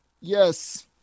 yes